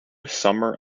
summer